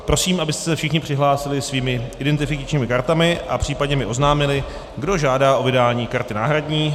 Prosím, abyste se všichni přihlásili svými identifikačními kartami a případně mi oznámili, kdo žádá o vydání karty náhradní.